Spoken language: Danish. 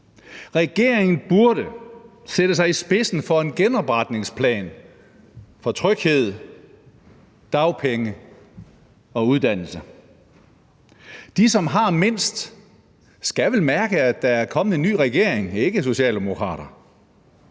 Regeringen burde sætte sig i spidsen for en genopretningsplan for tryghed, dagpenge og uddannelse. De, der har mindst, skal vel mærke, at der er kommet en ny regering, ikke, socialdemokrater?